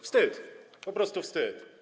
Wstyd, po prostu wstyd.